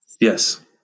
Yes